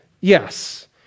Yes